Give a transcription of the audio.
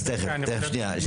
אז תכף, שנייה.